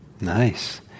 Nice